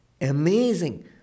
amazing